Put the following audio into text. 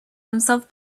himself